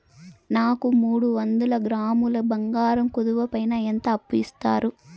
నాకు మూడు వందల గ్రాములు బంగారం కుదువు పైన ఎంత అప్పు ఇస్తారు?